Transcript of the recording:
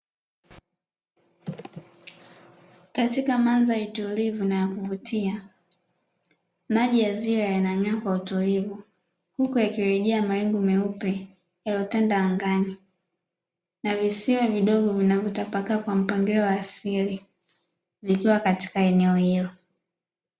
Katika mandhari tulivu na ya kuvutia, maji ya ziwa yanang'aa kwa utulivu huku yakirejea mawingu meupe yaliyotanda angani, na visiwa vidogo vinavyotapakaa kwa mpangilio wa asili vikiwa katika eneo hilo.